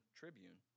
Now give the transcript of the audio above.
tribune